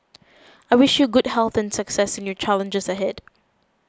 I wish you good health and success in your challenges ahead